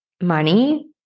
money